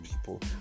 people